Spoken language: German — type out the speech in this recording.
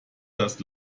das